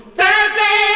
Thursday